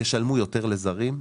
ישלמו יותר לזרים,